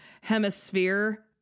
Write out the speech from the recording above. hemisphere